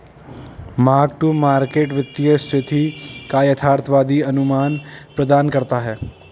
mark to market वित्तीय स्थिति का यथार्थवादी अनुमान प्रदान करता है